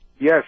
Yes